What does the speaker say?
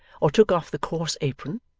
or took off the coarse apron,